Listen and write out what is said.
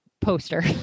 poster